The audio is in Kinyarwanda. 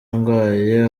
ndwaye